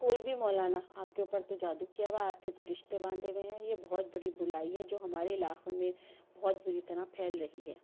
کوئی بھی مولانا آپ کے اوپر تو جادو کیا ہوا ہے آپ کے تو رشتے باندھے ہوئے ہیں یہ بہت بڑی بلائی ہے جو ہمارے علاقے میں بہت بری طرح پھیل رہی ہے